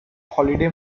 holiday